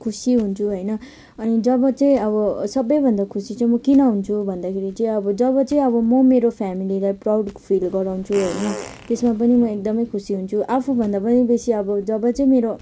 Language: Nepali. खुसी हुन्छु होइन अनि जब चाहिँ अब सबैभन्दा खुसी चाहिँ म किन हुन्छु भन्दाखेरि चाहिँ अब जब चाहिँ अब म मेरो फेमिलीलाई प्राउड फिल गराउँछु होइन त्यसमा पनि म एकदमै खुसी हुन्छु आफूभन्दा पनि बेसी अब जब चाहिँ मेरो